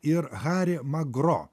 ir hari magro